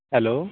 hello